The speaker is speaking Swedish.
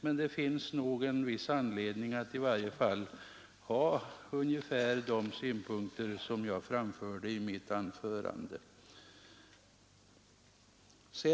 Jag tror emellertid att det finns ett visst fog för de synpunkter jag i detta avseende framförde i mitt anförande.